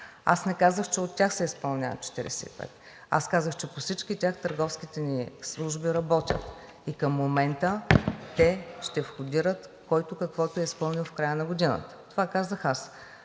Аз не казах, че от тях се изпълняват 45, а че по всички тях търговските ни служби работят и към момента те ще входират който каквото е изпълнил – в края на годината. Това казах аз.